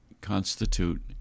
constitute